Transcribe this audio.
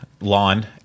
lawn